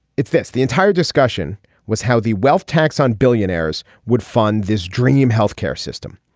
it's this the entire discussion was how the wealth tax on billionaires would fund this dream health care system.